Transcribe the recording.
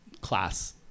class